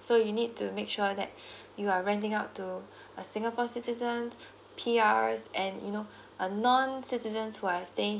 so you need to make sure that you are renting out to a singapore citizens P_R and you know a non citizens who are staying